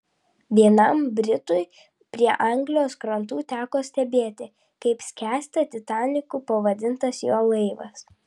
vienam britui prie anglijos krantų teko stebėti kaip skęsta titaniku pavadintas jo laivas